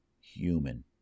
human